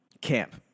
Camp